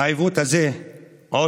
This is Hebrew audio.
העיוות הזה נוסף